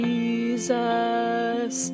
Jesus